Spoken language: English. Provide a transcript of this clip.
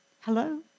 Hello